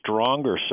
stronger